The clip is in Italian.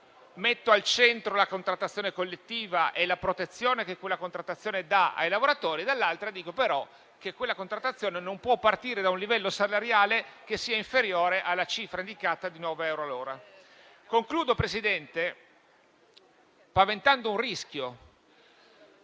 metto al centro la contrattazione collettiva e la protezione che quella contrattazione dà ai lavoratori. Dall'altra, dico che però quella contrattazione non può partire da un livello salariale che sia inferiore alla cifra indicata di nove euro l'ora. Signor Presidente, concludo paventando un rischio.